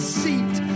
seat